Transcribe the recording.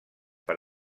per